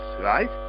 right